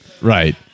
Right